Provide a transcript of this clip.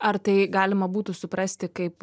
ar tai galima būtų suprasti kaip